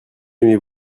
aimez